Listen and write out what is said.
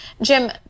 Jim